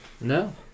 No